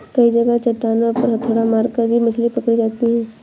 कई जगह चट्टानों पर हथौड़ा मारकर भी मछली पकड़ी जाती है